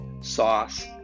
sauce